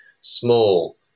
Small